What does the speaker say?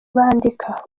bandika